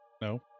No